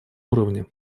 уровне